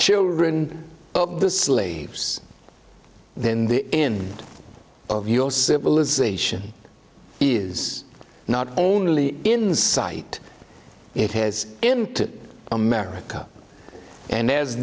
children of the slaves then the end of your civilization is not only insight it is in america and there's